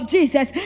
Jesus